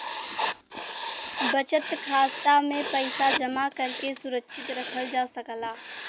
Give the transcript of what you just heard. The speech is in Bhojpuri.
बचत खाता में पइसा जमा करके सुरक्षित रखल जा सकला